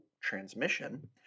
transmission